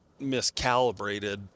miscalibrated